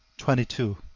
twenty two.